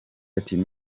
ati